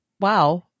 wow